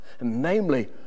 namely